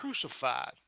crucified